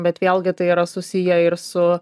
bet vėlgi tai yra susiję ir su